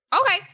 Okay